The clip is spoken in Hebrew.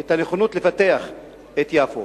ואת הנכונות לפתח את יפו.